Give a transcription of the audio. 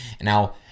Now